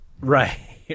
Right